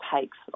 takes